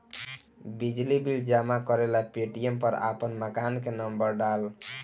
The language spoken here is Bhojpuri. बिजली बिल जमा करेला पेटीएम पर आपन मकान के नम्बर डाल